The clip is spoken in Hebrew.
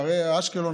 אשקלון,